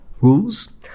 rules